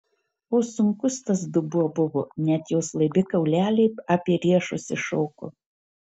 o sunkus tas dubuo buvo net jos laibi kauleliai apie riešus iššoko